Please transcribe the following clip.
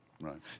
Right